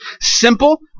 simple